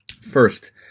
First